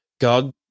God